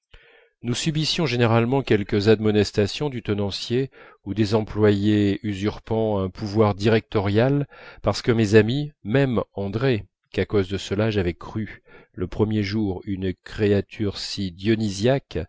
nous subissions généralement quelques admonestations du tenancier ou des employés usurpant un pouvoir directorial parce que mes amies même andrée qu'à cause de cela j'avais cru le premier jour une créature si